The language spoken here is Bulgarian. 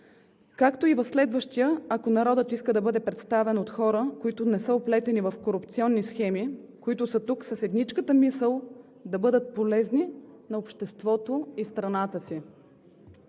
както и в следващия, ако народът иска да бъде представен от хора, които не са оплетени в корупционни схеми, които са тук с едничката мисъл да бъдат полезни на обществото и страната си.